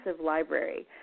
library